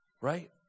Right